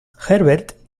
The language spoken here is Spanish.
herbert